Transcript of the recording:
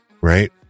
right